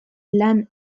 lan